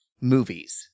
movies